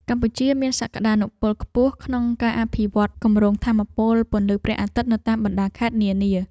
កម្ពុជាមានសក្តានុពលខ្ពស់ក្នុងការអភិវឌ្ឍគម្រោងថាមពលពន្លឺព្រះអាទិត្យនៅតាមបណ្តាខេត្តនានា។